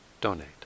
donate